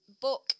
Book